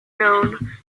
known